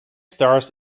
stars